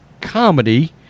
comedy